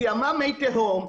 זיהמה מי תהום,